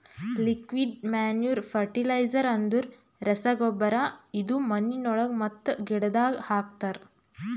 liquid manure fertiliser ಅಂದುರ್ ರಸಗೊಬ್ಬರ ಇದು ಮಣ್ಣಿನೊಳಗ ಮತ್ತ ಗಿಡದಾಗ್ ಹಾಕ್ತರ್